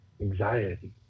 anxiety